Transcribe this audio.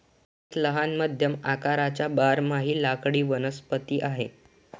एक लहान मध्यम आकाराचा बारमाही लाकडी वनस्पती आहे